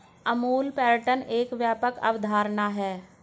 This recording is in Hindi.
अमूल पैटर्न एक व्यापक अवधारणा है